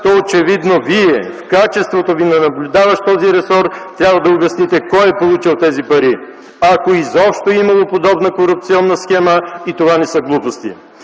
то очевидно Вие, в качеството Ви на наблюдаващ този ресор, трябва да обясните кой е получил тези пари? Ако изобщо е имало подобна корупционна схема и това не са глупости!